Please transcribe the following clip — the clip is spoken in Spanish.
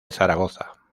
zaragoza